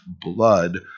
blood